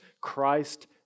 Christ